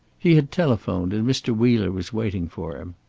he had telephoned, and mr. wheeler was waiting for him.